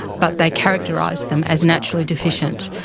but they characterized them as naturally deficient.